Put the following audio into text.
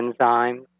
enzyme